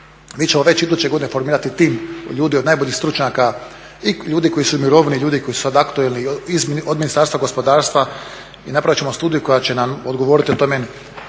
Mi ćemo već iduće godine formirati tim ljudi od najboljih stručnjaka i ljudi koji su u mirovini, ljudi koji su …, od Ministarstva gospodarstva i napravit ćemo studiju koja će nam … kakav tip